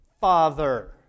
father